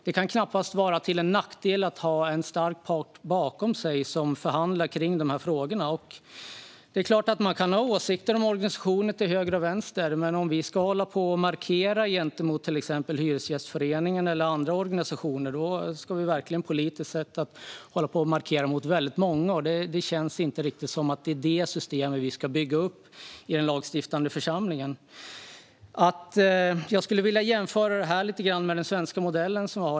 Det kan knappast vara en nackdel att ha en stark part bakom sig i en sådan förhandling. Vi kan givetvis ha åsikter om organisationer till höger och vänster. Men om vi ska hålla på att markera mot Hyresgästföreningen eller andra organisationer måste vi markera politiskt mot väldigt många, och det känns inte som att det är det systemet vi ska bygga upp i den lagstiftande församlingen. Jag skulle vilja jämföra det med den svenska modellen.